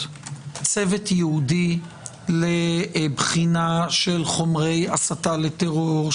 צוות ייעודי לבחינה של חומרי הסתה לטרור,